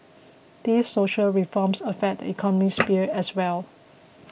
these social reforms affect the economic sphere as well